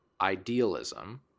idealism